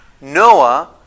Noah